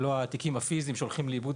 במקום התיקים הפיזיים שהולכים לאיבוד